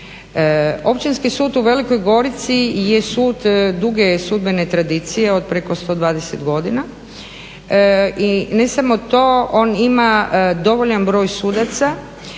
Općinski sud u Velikoj Gorici je sud duge sudbene tradicije od preko 120 godina i ne samo to, oni ima dovoljan broj sudaca,